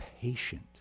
patient